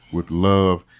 with love.